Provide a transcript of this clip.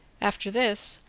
after this,